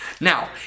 Now